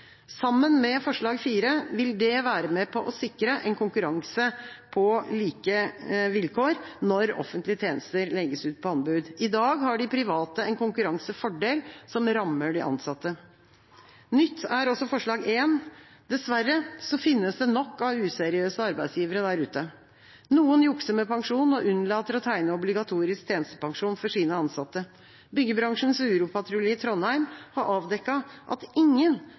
Sammen med forslag nr. 4 vil det være med på å sikre en konkurranse på like vilkår når offentlige tjenester legges ut på anbud. I dag har de private en konkurransefordel som rammer de ansatte. Nytt er også forslag nr. 1. Dessverre finnes det nok av useriøse arbeidsgivere der ute. Noen jukser med pensjon og unnlater å tegne obligatorisk tjenestepensjon for sine ansatte. Byggebransjens Uropatrulje i Trondheim har avdekket at ingen